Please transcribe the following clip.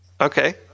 Okay